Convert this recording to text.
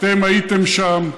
אתם הייתם שם.